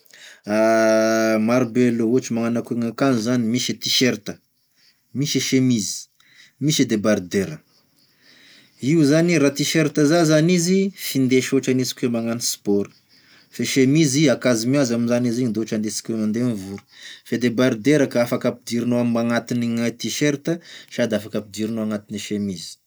Maro be aloha, ohatry magnano akô gn'akanjo zany misy e t-shirt, misy e chemise, misy e debardeur, io zane raha t-shirt zà zany izy findesy ohatry aniasika oe magnano sport, fa e chemise akanjo mihaja moa zany izy igny da ohatry indesisika oe mandeha mivory, fa e debardeur ka afaka ampidirinao amign agnatin'ny t-shirt sady afaka ampidirinao agnatine chemise.